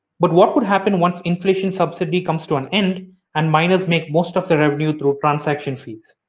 but what would happen once inflation subsidy comes to an end and miners make most of the revenue through transaction fees.